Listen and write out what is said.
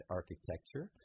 Architecture